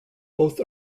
both